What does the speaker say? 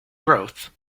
growth